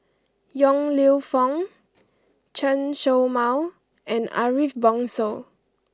Yong Lew Foong Chen Show Mao and Ariff Bongso